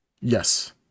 Yes